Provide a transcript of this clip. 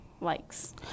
likes